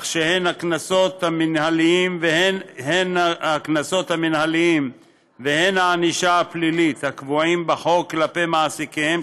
כך שהן הקנסות המינהליים והן הענישה הפלילית הקבועים בחוק כלפי מעסיקיהם